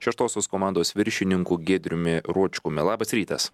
šeštosios komandos viršininku giedriumi ročkumi labas rytas